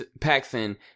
Paxson